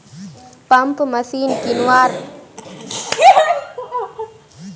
Pump machine किनवार तने कोई सरकारी सुविधा बा लव मिल्बी?